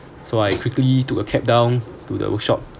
so I quickly took a cab down to the workshop